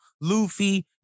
Luffy